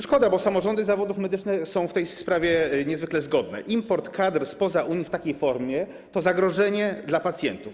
Szkoda, bo samorządy zawodów medycznych są w tej sprawie niezwykle zgodne - import kadr spoza Unii w takiej formie to zagrożenie dla pacjentów.